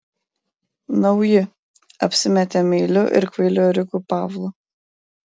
nauji apsimetė meiliu ir kvailu ėriuku pavlo